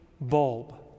bulb